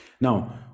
Now